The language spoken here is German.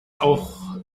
auch